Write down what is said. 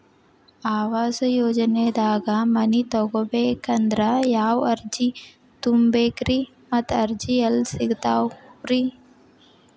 ಆವಾಸ ಯೋಜನೆದಾಗ ಮನಿ ತೊಗೋಬೇಕಂದ್ರ ಯಾವ ಅರ್ಜಿ ತುಂಬೇಕ್ರಿ ಮತ್ತ ಅರ್ಜಿ ಎಲ್ಲಿ ಸಿಗತಾವ್ರಿ?